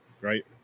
Right